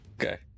okay